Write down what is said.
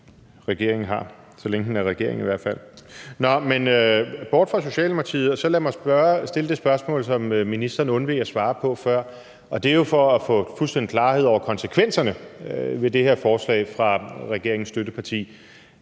så længe den er regering i hvert fald. Nå, men bort fra Socialdemokratiet. Lad mig stille det spørgsmål, som ministeren undveg at svare på før, og det er jo for at få fuldstændig klarhed over konsekvenserne ved det her forslag fra regeringens støtteparti: